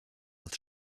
als